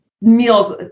meals